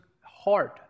hard